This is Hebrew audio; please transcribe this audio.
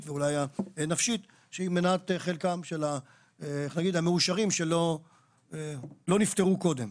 ואולי הנפשית שהיא מנת חלקם של המאושרים שלא נפטרו קודם.